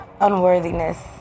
unworthiness